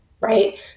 right